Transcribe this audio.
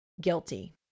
guilty